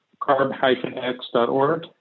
Carb-X.org